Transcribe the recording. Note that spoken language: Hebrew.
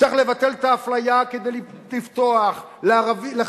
צריך לבטל את האפליה כדי לפתוח לחרדים,